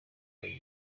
wanjye